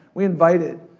we invited